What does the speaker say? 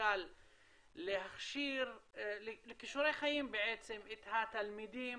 למשל כישורי חיים לתלמידים